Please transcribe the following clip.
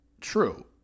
true